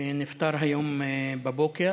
שנפטר הבוקר.